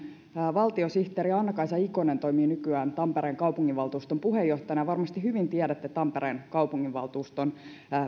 valtiosihteeri anna kaisa ikonen toimii nykyään tampereen kaupunginvaltuuston puheenjohtajana ja varmasti hyvin tiedätte tampereen kaupunginvaltuuston